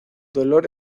dolor